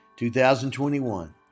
2021